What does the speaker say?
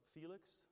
Felix